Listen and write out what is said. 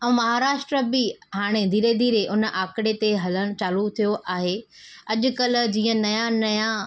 ऐं महाराष्ट्र बि हाणे धीरे धीरे उन आकड़े ते हलणु चालू थियो आहे अॼकल्ह जीअं नयां नयां